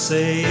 Say